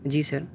جی سر